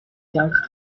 church